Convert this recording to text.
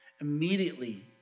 Immediately